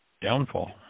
downfall